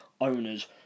owners